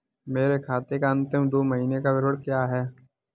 मेरे खाते का अंतिम दो महीने का विवरण क्या है?